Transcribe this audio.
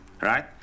right